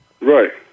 Right